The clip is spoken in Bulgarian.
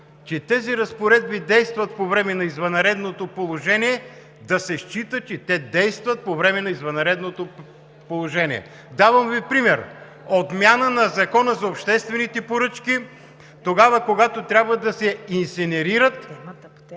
че тези разпоредби действат по време на извънредното положение, да се счита, че те действат по време на извънредното положение. Давам Ви пример: отмяна на Закона за обществените поръчки. Тогава, когато трябва да се инсинерират